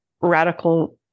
radical